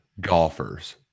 golfers